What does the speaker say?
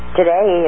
today